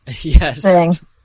Yes